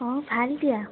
অঁ ভাল দিয়া